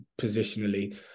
positionally